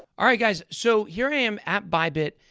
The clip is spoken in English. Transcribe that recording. alright, guys. so, here i am at bybit.